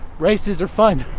races are fun,